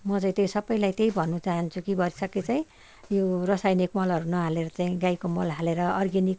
म चाहिँ त्यो सबैलाई त्यही भन्नु चाहन्छु कि भरसक चाहिँ यो रसायनिक मलहरू नहालेर चाहिँ गाईको मल हालेर अर्ग्यानिक